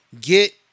get